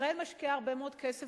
ישראל משקיעה הרבה מאוד כסף